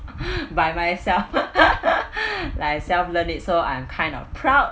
by myself like self learn it so I'm kind of proud